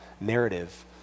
narrative